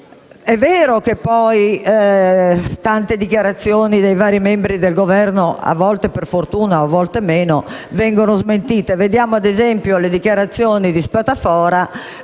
È vero che poi tante dichiarazioni dei vari membri del Governo, a volte per fortuna, a volte meno, vengono smentite: vediamo ad esempio le dichiarazioni di Spadafora